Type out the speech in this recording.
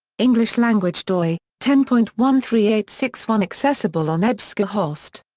english language. doi ten point one three eight six one accessible on ebscohost.